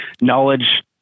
knowledge